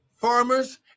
farmers